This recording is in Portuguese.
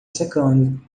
secando